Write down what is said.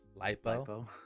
Lipo